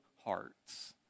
hearts